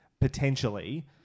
Potentially